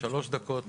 שלוש דקות בבקשה.